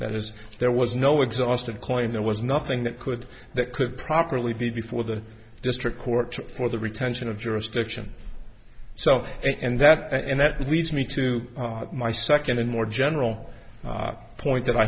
that is there was no exhaustive claim there was nothing that could that could properly be before the district court for the retention of jurisdiction so and that and that leads me to my second and more general point that i